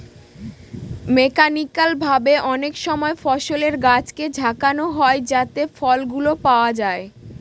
mechanical ভাবে অনেকসময় ফলের গাছকে ঝাঁকানো হয় যাতে ফলগুলো পাওয়া যায়